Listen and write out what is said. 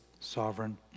Sovereign